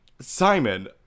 Simon